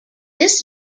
this